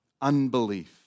unbelief